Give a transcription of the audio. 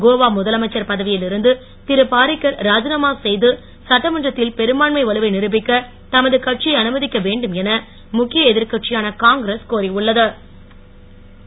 கோவா முதலமைச்சர் பதவியில் இருந்து திரு பாரிக்கர் ராஜினாமா செய்து சட்டமன்றத்தில் பெரும்பான்மை வலுவை நிருபிக்க தமது கட்சியை அனுமதிக்க வேண்டும் என முக்கிய எதிர்கட்சியான காங்கிரஸ் கோரி உள்ள து